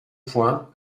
point